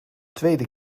tweede